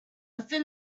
thin